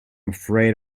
afraid